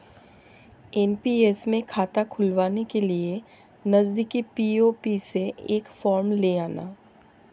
NPS में खाता खुलवाने के लिए नजदीकी पी.ओ.पी से एक फॉर्म ले आना